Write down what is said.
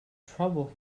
trouble